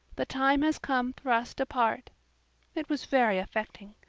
the time has come for us to part it was very affecting.